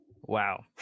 Wow